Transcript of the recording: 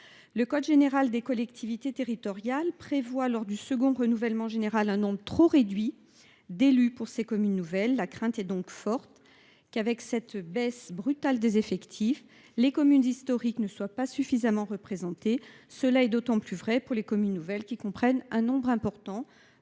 Le code général des collectivités territoriales prévoit ainsi, lors du second renouvellement général, un nombre trop réduit d’élus pour ces communes nouvelles. La crainte est donc forte que, avec cette baisse brutale des effectifs, les communes historiques ne soient pas suffisamment représentées. Cela est d’autant plus vrai pour les communes nouvelles qui comprennent un nombre important